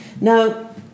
Now